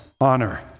honor